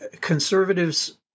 Conservatives